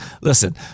listen